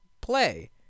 play